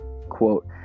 Quote